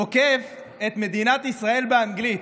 תוקף את מדינת ישראל באנגלית.